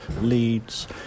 leads